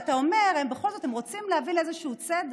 כשאתה אומר שהם בכל זאת רוצים להביא לאיזה צדק,